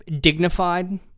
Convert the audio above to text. dignified